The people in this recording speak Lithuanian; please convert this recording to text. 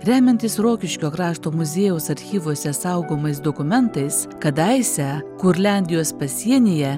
remiantis rokiškio krašto muziejaus archyvuose saugomais dokumentais kadaise kurlendijos pasienyje